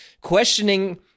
questioning